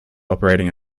operating